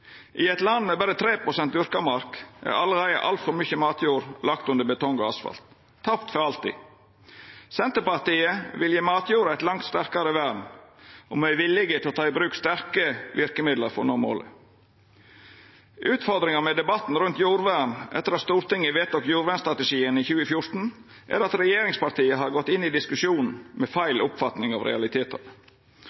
I eit land med berre 3 pst. dyrka mark er allereie alt for mykje matjord lagt under betong og asfalt, tapt for alltid. Senterpartiet vil gje matjorda eit langt sterkare vern, og me er villige til å ta i bruk sterke verkemiddel for å nå målet. Utfordringa med debatten rundt jordvern etter at Stortinget vedtok jordvernstrategien i 2014, er at regjeringspartia har gått inn i diskusjonen med